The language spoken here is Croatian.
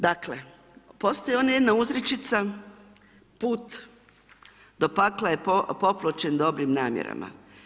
Dakle, postoji ona jedna uzrečica, put do pakla je popločen dobrim namjerama.